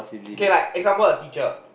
okay like example a teacher